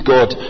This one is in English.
God